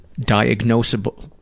diagnosable